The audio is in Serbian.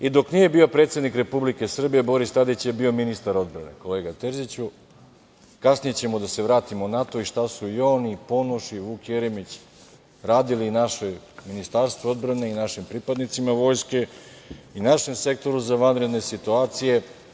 I dok nije bio predsednik Republike Srbije, Boris Tadić je bio ministar odbrane, kolega Terziću, kasnije ćemo da se vratimo na to i šta su i on i Ponoš i Vuk Jeremić radili našem Ministarstvu odbrane i našim pripadnicima Vojske i našem Sektoru za vanredne situacije.